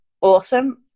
Awesome